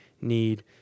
need